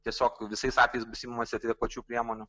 tiesiog visais atvejais bus imamasi adekvačių priemonių